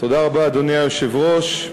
אדוני היושב-ראש,